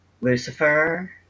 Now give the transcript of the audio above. Lucifer